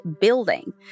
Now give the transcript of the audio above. building